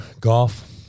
golf